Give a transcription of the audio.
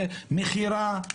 מכירה,